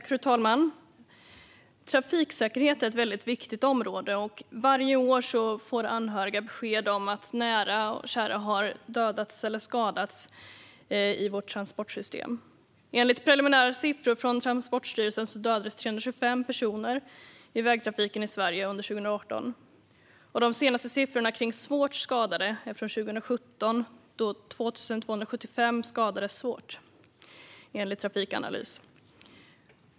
Fru talman! Trafiksäkerhet är ett väldigt viktigt område. Varje år får anhöriga besked om att nära och kära har dödats eller skadats i vårt transportsystem. Enligt preliminära siffror från Transportstyrelsen dödades 325 personer i vägtrafiken i Sverige under 2018. De senaste siffrorna för svårt skadade är från 2017 då 2 275 skadades svårt, enligt Trafikanalys.